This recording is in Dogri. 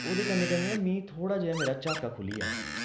ओह्दे कन्ने कन्ने मिगी न मिगी थोह्ड़ा जेहा मेरा झाक्का खुह्ल्ली गेआ